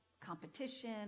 competition